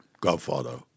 Godfather